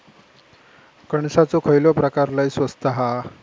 कणसाचो खयलो प्रकार लय स्वस्त हा?